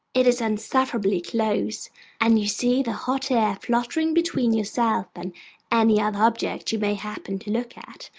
it is insufferably close and you see the hot air fluttering between yourself and any other object you may happen to look at,